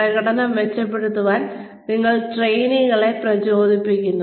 പ്രകടനം മെച്ചപ്പെടുത്താൻ നിങ്ങൾ ട്രെയിനികളെ പ്രചോദിപ്പിക്കുന്നു